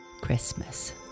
Christmas